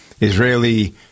Israeli